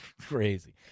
crazy